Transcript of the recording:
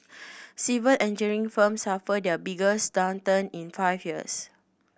civil engineering firms suffered their biggest downturn in five years